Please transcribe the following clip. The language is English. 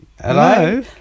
Hello